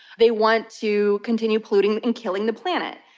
they want to continue polluting and killing the planet.